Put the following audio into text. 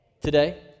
Today